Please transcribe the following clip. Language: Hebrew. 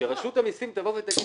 שרשות המסים תבוא ותאמר,